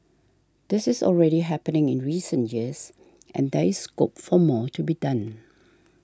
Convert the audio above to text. this is already happening in recent years and there is scope for more to be done